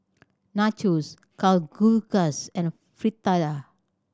Nachos Kalguksu and Fritada